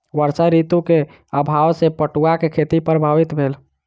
वर्षा ऋतू के अभाव सॅ पटुआक खेती प्रभावित भेल